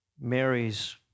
Mary's